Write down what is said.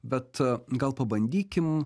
bet gal pabandykim